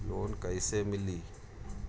Loan कईसे ली?